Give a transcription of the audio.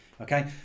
okay